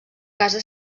casa